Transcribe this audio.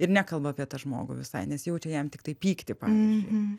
ir nekalba apie tą žmogų visai nes jaučia jam tiktai pyktį pavyzdžiui